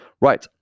Right